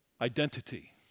identity